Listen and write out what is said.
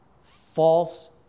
False